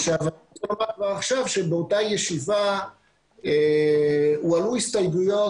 כשבאותה ישיבה הועלו הסתייגויות,